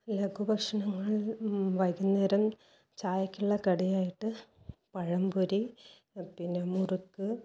ലഘുഭക്ഷണങ്ങൾ വൈകുന്നേരം ചായക്കുള്ള കടിയായിട്ട് പഴംപൊരി പിന്നെ മുറുക്ക്